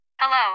Hello